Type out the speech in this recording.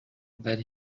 that